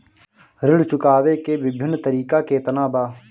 ऋण चुकावे के विभिन्न तरीका केतना बा?